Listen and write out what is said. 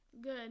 Good